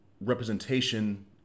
representation